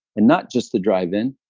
and not just the drive-in,